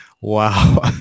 Wow